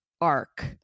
arc